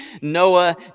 Noah